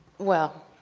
well,